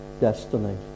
destiny